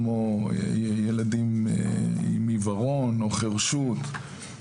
כמו ילדים עם עיוורון או חירשות.